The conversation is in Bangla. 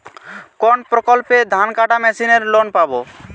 কোন প্রকল্পে ধানকাটা মেশিনের লোন পাব?